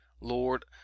Lord